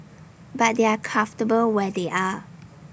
but they are comfortable where they are